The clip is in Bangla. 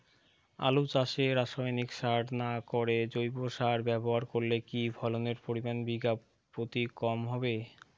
আলু চাষে রাসায়নিক সার না করে জৈব সার ব্যবহার করলে কি ফলনের পরিমান বিঘা প্রতি কম হবে?